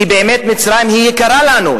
כי באמת מצרים היא יקרה לנו,